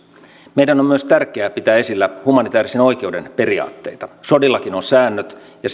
meidän on myös tärkeää pitää esillä humanitaarisen oikeuden periaatteita sodillakin on säännöt ja